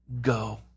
go